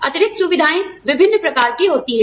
अतिरिक्त सुविधाएँ विभिन्न प्रकार की होती हैं